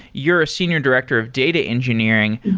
you're a senior director of data engineering.